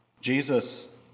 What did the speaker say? Jesus